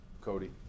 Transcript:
Cody